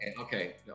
okay